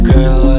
Girl